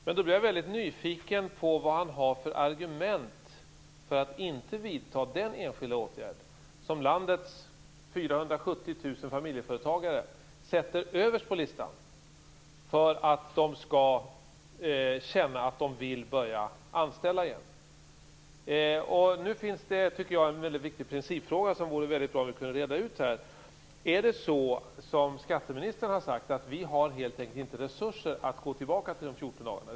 Men då blir jag väldigt nyfiken på vad han har för argument för att inte vidta den enskilda åtgärd som landets 470 000 familjeföretagare sätter överst på listan för att de skall känna att de vill börja anställa igen. Här finns det en väldigt viktig principfråga som det vore väldigt bra om vi kunde reda ut. Är det så, som skatteministern har sagt, att vi helt enkelt inte har resurser att gå tillbaka till de 14 dagarna?